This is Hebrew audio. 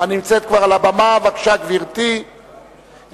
הרווחה והבריאות על מנת להכינה לקריאה ראשונה,